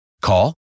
Call